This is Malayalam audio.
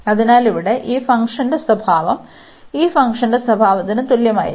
അതിനാൽ ഇവിടെ ഈ ഫംഗ്ഷന്റെ സ്വഭാവം ഈ ഫംഗ്ഷന്റെ സ്വഭാവത്തിന് തുല്യമായിരിക്കും